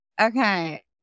Okay